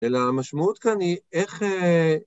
‫אלא המשמעות כאן היא איך...